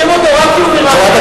מקפחים אותו רק כי